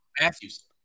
Matthews